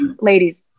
ladies